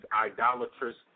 idolatrous